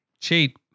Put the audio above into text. cheap